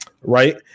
right